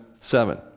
seven